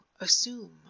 assume